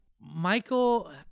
Michael